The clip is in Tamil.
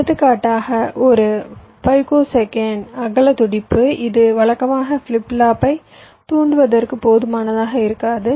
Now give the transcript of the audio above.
எடுத்துக்காட்டாக ஒரு பைக்கோசெகண்ட் அகல துடிப்பு இது வழக்கமாக ஃபிளிப் ஃப்ளாப்பைத் தூண்டுவதற்கு போதுமானதாக இருக்காது